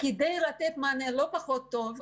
כדי לתת מענה לא פחות טוב,